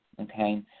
Okay